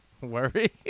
Worry